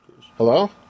Hello